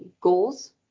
goals